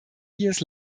years